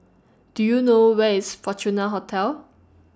Do YOU know Where IS Fortuna Hotel